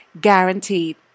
guaranteed